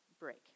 break